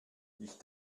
ich